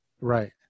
Right